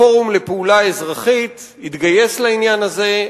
הפורום לפעולה אזרחית התגייס לעניין הזה,